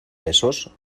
besos